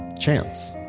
chance.